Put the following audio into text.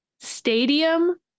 stadium